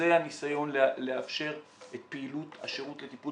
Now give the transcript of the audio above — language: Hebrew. זה הניסיון לאפשר את פעילות השירות לטיפול